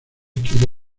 quiere